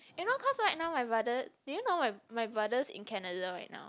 eh you know cause right now my brother do you know my my brother's in Canada right now